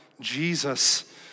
Jesus